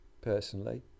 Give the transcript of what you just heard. personally